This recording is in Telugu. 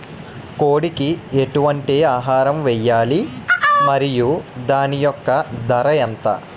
కోడి కి ఎటువంటి ఆహారం వేయాలి? మరియు దాని యెక్క ధర ఎంత?